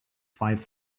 five